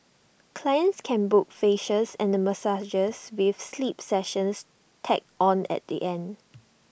clients can book facials and massages with sleep sessions tacked on at the end